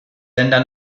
länder